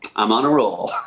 i'm on a roll.